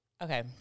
Okay